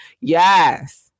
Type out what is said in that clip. yes